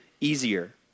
easier